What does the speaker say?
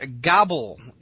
Gobble